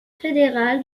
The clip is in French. fédéral